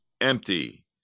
empty